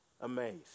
Amazed